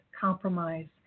compromise